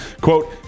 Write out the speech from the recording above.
Quote